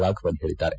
ರಾಘವನ್ ಪೇಳಿದ್ದಾರೆ